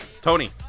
Tony